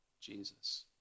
Jesus